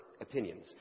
opinions